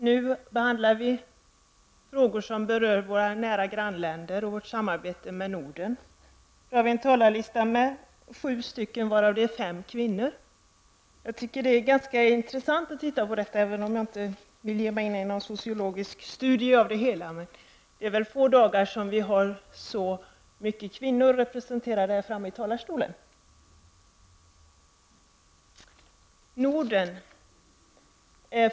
Nu behandlas frågor som berör våra grannländer och vårt samarbete inom Norden. På talarlistan finns sju talare uppsatta, varav sju är kvinnor. Detta är ganska intressant, även om jag inte vill ge mig in i någon sociologisk studie av denna omständighet. Men det är inte ofta som så många kvinnor är representerade här i talarstolen.